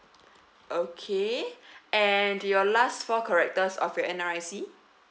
okay and your last four characters of your N_R_I_C